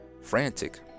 Frantic